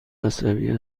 عصبی